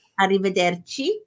arrivederci